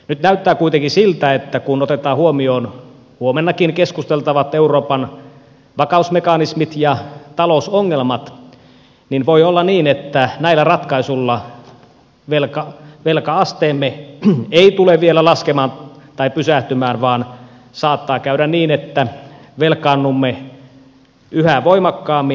nyt näyttää kuitenkin siltä että kun otetaan huomioon huomennakin keskusteltavat euroopan vakausmekanismit ja talousongelmat voi olla niin että näillä ratkaisuilla velka asteemme ei tule vielä laskemaan tai pysähtymään vaan saattaa käydä niin että velkaannumme yhä voimakkaammin